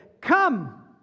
Come